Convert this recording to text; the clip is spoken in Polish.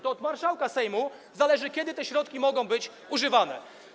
To od marszałka Sejmu zależy, kiedy te środki mogą być używane.